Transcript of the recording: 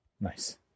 Nice